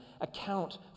account